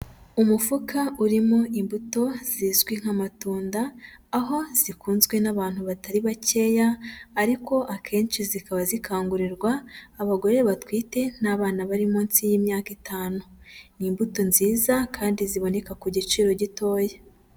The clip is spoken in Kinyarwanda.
Umufuka urimo imbuto zizwi nk'amatunda, aho zikunzwe n'abantu batari bakeya ariko akenshi zikaba zikangurirwa abagore batwite n'abana bari munsi y'imyaka itanu, ni imbuto nziza kandi ziboneka ku giciro gitoya.